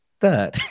third